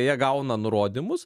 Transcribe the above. jie gauna nurodymus